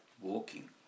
walking